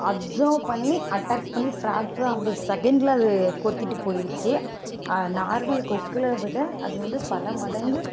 observe பண்ணி attack பண்ணி fraction of the செகண்ட்டில் அது கொத்திட்டு போயிருச்சு நார்மல் கொக்குல விட அது வந்து பல மடங்கு